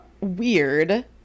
weird